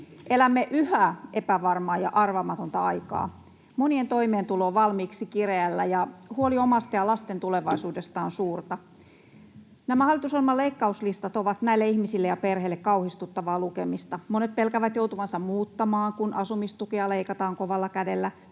Elämme yhä epävarmaa ja arvaamatonta aikaa. Monilla on toimeentulo jo valmiiksi kireällä, ja huoli omasta ja lasten tulevaisuudesta on suurta. Hallituksen ohjelman leikkauslistat ovat näille ihmisille ja perheille varmasti suorastaan kauhistuttavaa ja pelottavaa lukemista. Monet pelkäävät joutuvansa muuttamaan, kun asumistukea leikataan kovalla kädellä.